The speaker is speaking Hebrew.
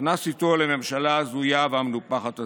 נכנס איתו לממשלה ההזויה והמנופחת הזאת,